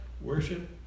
worship